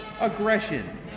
Aggression